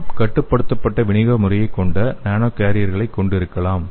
நாம் கட்டுப்படுத்தப்பட்ட விநியோக முறையைக் கொண்ட நானோ கேரியர்களை கொண்டிருக்கலாம்